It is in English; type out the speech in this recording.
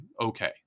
okay